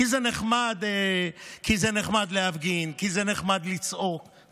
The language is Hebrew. זה נחמד להפגין, זה נחמד לצעוק.